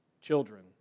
children